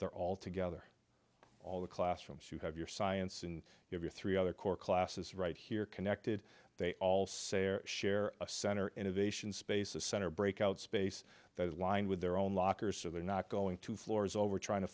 they're all together all the classrooms you have your science and your three other core classes right here connected they all say they're share a center innovation spaces center break out space that is lined with their own lockers so they're not going to floors over trying to